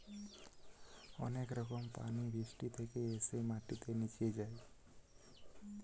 অনেক রকম পানি বৃষ্টি থেকে এসে মাটিতে নিচে যায়